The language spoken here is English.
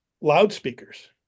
loudspeakers